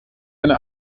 deine